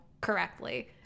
correctly